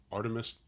Artemis